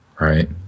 right